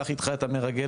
קח איתך את המרגל